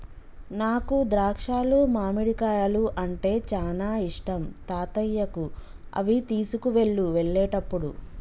నాకు ద్రాక్షాలు మామిడికాయలు అంటే చానా ఇష్టం తాతయ్యకు అవి తీసుకువెళ్ళు వెళ్ళేటప్పుడు